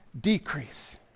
decrease